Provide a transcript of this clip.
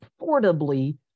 affordably